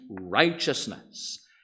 righteousness